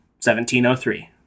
1703